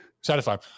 satisfied